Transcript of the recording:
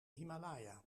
himalaya